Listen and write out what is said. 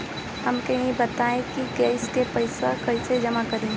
हमका ई बताई कि गैस के पइसा कईसे जमा करी?